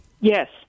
Yes